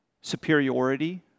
superiority